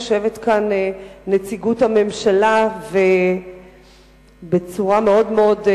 יושבת כאן נציגות הממשלה ובצורה מאוד מאוד,